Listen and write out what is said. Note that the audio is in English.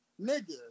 nigga